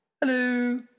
Hello